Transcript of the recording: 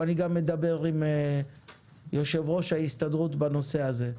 ואני אדבר גם עם יושב-ראש ההסתדרות בנושא הזה.